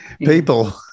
people –